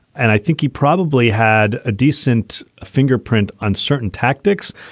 and i think he probably had a decent fingerprint, uncertain tactics.